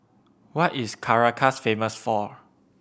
what is Caracas famous for